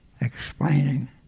explaining